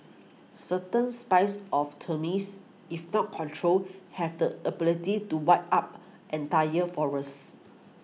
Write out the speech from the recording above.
certain spice of termites if not controlled have the ability to wipe up entire forests